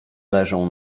leżą